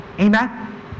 Amen